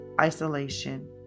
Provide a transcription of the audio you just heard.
isolation